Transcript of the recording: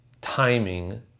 timing